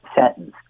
sentence